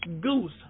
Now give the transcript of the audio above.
goose